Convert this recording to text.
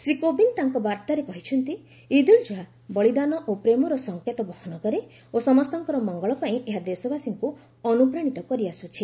ଶ୍ରୀ କୋବିନ୍ଦ ତାଙ୍କର ବାର୍ତ୍ତାରେ କହିଛନ୍ତି ଇଦ୍ ଉଲ୍ ଜୁହା ବଳୀଦାନ ଓ ପ୍ରେମର ସଂକେତ ବହନ କରେ ଓ ସମସ୍ତଙ୍କର ମଙ୍ଗଳ ପାଇଁ ଏହା ଦେଶବାସୀଙ୍କୁ ଅନୁପ୍ରାଣିତ କରିଆସୁଛି